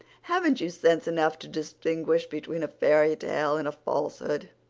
haven't you sense enough to distinguish between a fairytale and a falsehood?